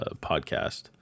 podcast